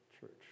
church